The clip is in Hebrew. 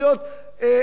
אומנם